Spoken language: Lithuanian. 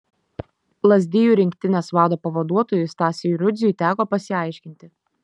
lazdijų rinktinės vado pavaduotojui stasiui rudziui teko pasiaiškinti